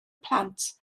plant